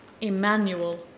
Emmanuel